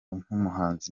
nk’umuhanzi